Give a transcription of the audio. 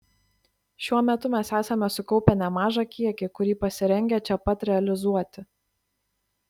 šiuo metu mes esame sukaupę nemažą kiekį kurį pasirengę čia pat realizuoti